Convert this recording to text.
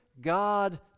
God